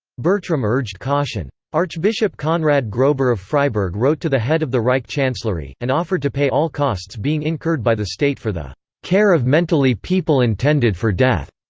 bertram urged caution. archbishop conrad groeber of freiburg wrote to the head of the reich chancellery, and offered to pay all costs being incurred by the state for the care of mentally people intended for death.